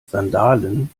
sandalen